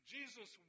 Jesus